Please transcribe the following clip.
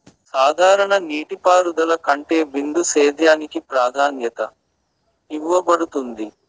సాధారణ నీటిపారుదల కంటే బిందు సేద్యానికి ప్రాధాన్యత ఇవ్వబడుతుంది